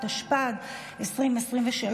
התשפ"ד 2023,